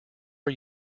are